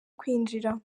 kwinjira